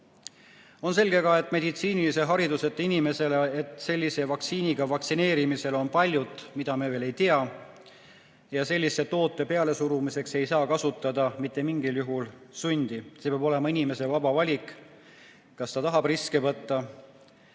On selge ka meditsiinilise hariduseta inimesele, et sellise vaktsiiniga vaktsineerimisel on paljut, mida me veel ei tea. Ja sellise toote pealesurumiseks ei saa kasutada mitte mingil juhul sundi. See peab olema inimese vaba valik, kas ta tahab riske võtta.